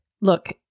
Look